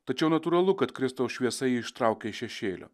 tačiau natūralu kad kristaus šviesa jį ištraukė iš šešėlio